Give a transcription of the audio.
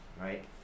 right